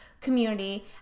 community